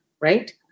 Right